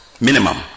minimum